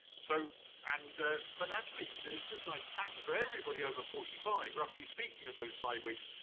so and but actually, there's this nice pattern. for everybody over forty five, roughly speaking, in those five weeks,